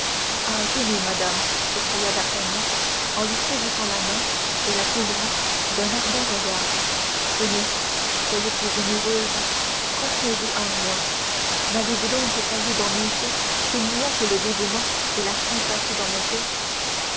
tenez madame s'écria d'artagnan en lui saisissant la main et la couvrant d'un ardent regard tenez soyez plus généreuse confiez-vous à moi n'avezvous donc pas lu dans mes yeux qu'il n'y a que dévouement et sympathie dans mon coeur